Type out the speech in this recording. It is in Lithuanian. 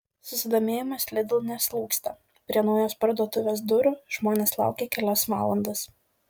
susidomėjimas lidl neslūgsta prie naujos parduotuvės durų žmonės laukė kelias valandas